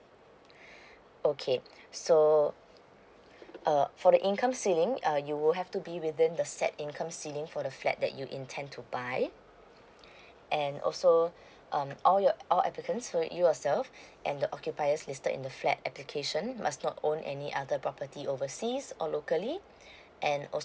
okay so uh for the income ceiling uh you will have to be within the set income ceiling for the flat you intend to buy and also um all your all applicants so it yourself and the occupiers listed in the flat application must not own any other property overseas or locally and also